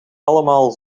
allemaal